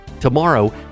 Tomorrow